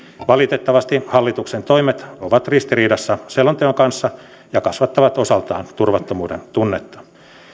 valitettavasti hallituksen toimet ovat ristiriidassa selonteon kanssa ja kasvattavat osaltaan turvattomuudentunnetta